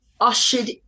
ushered